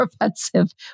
offensive